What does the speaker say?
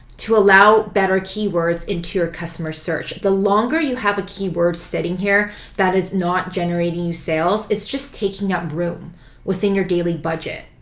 to allow better keywords into your customer search. the longer you have a keyword sitting here that is not generating you sales, it's just taking up room within your daily budget,